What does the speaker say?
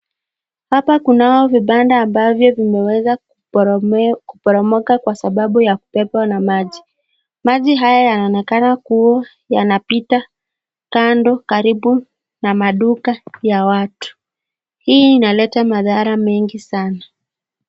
Hapa kunavyo vibanda ambavyo vimeweza kuporomoka kwa sababu ya kubebwa na maji. Maji haya yanaonekana kuwa yanapita kando karibu na maduka ya watu. Hii inaleta madhara mengi sana.